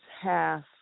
half